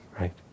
right